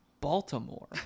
Baltimore